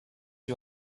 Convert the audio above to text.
you